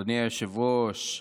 אדוני היושב-ראש,